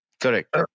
Correct